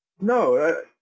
No